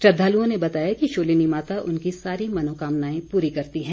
श्रद्दालुओं ने बताया कि शूलिनी माता उनकी सारी मनोकामनाएं पूरी करती है